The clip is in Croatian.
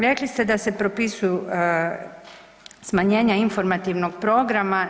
Rekli ste da se propisuju smanjenja informativnog programa.